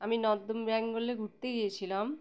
আমি নর্থ বেঙ্গলে ঘুরতে গিয়েছিলাম